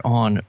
on